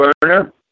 burner